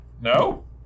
No